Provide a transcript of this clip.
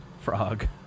Frog